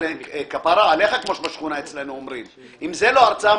כפרה עליך כמו שבשכונה אצלנו אומרים אם זה לא הרצאה,